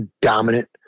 dominant